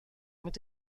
mit